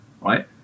right